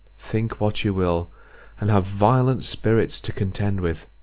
think what you will and have violent spirits to contend with.